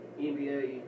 NBA